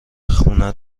خونه